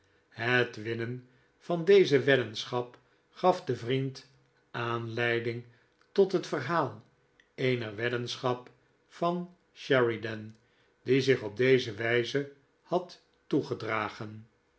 het winnen van deze weddenschap gaf den vriend aanleiding tot het verhaal eener weddenschap van sheridan die zich op deze wijze had toegedragen